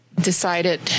Decided